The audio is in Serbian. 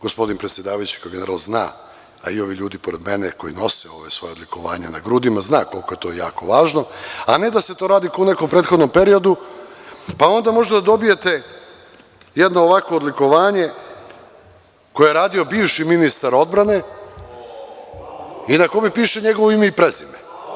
Gospodine predsedavajući, kao general zna, a i ovi ljudi pored mene, koji nose svoja odlikovanja na grudima, koliko je to važno, a ne da se to radi kao u prethodnom periodu, pa onda možete da dobijete jedno ovakvo odlikovanje koje je radio bivši ministar odbrane i na kome piše njegovo ime i prezime.